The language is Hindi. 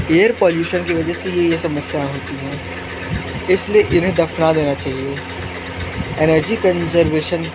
एयर पोल्लुशण की वजह से ये ये समस्याएं होती हैं इसलिए इन्हें दफ़ना देना चाहिए एनर्जी कंज़र्वेशन